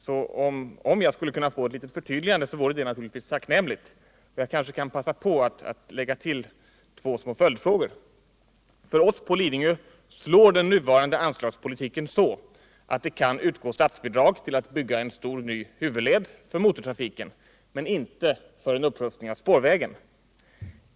Det vore naturligtvis tacknämligt om jag kunde få ett litet förtydligande. Jag kanske då kan passa på att lägga till två följdfrågor. För det första: För oss på Lidingö slår den nuvarande anslagspolitiken så att det kan utgå statsbidrag till att bygga en stor ny huvudled för motortrafiken men inte för en upprustning av spårvägen.